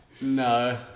No